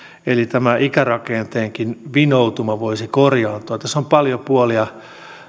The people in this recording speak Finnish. eli tämä ikärakenteenkin vinoutuma voisi korjaantua tässä on paljon puolia